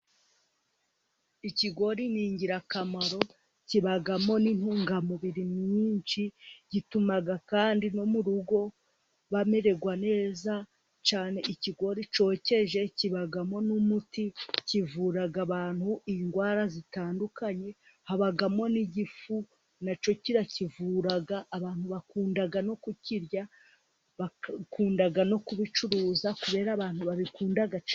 Ikigori ni ingirakamaro, kibamo n'intungamubiri nyinshi, gituma kandi no mu rugo bamererwa neza cyane, ikigori cyokeje kibamo n'umuti, kivura abantu indwara zitandukanye, habamo n'igifu, nacyo kirakivura, abantu bakunda no kukirya, bakunda no kubicuruza kubera abantu babikunda cyane.